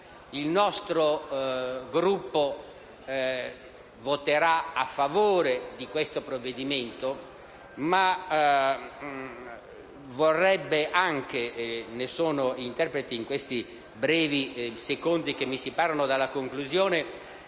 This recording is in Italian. il nostro Gruppo voterà a favore di questo provvedimento ma vorrebbe anche, e mi faccio interprete di tale esigenza nei brevi secondi che mi separano dalla conclusione,